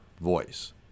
voice